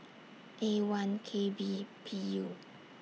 A one K B P U